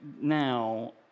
now